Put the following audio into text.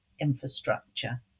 infrastructure